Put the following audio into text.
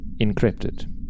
encrypted